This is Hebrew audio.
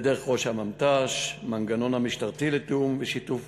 ודרך ראש הממת"ש, מנגנון משטרתי לתיאום ושיתוף